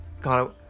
God